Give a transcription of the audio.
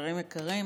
חברים יקרים,